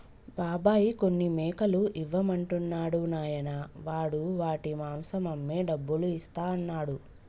బాబాయ్ కొన్ని మేకలు ఇవ్వమంటున్నాడు నాయనా వాడు వాటి మాంసం అమ్మి డబ్బులు ఇస్తా అన్నాడు